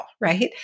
right